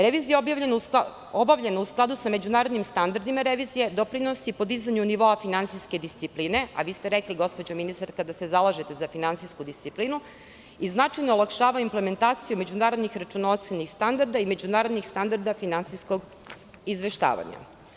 Revizija obavljena u skladu sa međunarodnim standardima revizije doprinosi podizanju nivoa finansijske discipline, a vi ste rekli gospođo ministarka da se zalažete za finansijsku disciplinu i značajno olakšava implementaciju međunarodnih računa, ocena i standarda i međunarodnih standarda finansijskog izveštavanja.